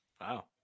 wow